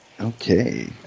Okay